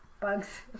Bugs